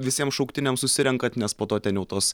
visiem šauktiniam susirenkant nes po to ten jau tos